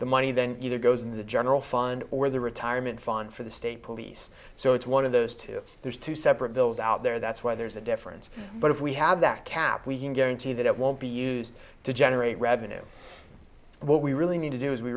the money then either goes into the general fund or the retirement fund for the state police so it's one of those two there's two separate bills out there that's where there's a difference but if we have that cap we can guarantee that it won't be used to generate revenue what we really need to do is we